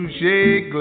shake